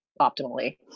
optimally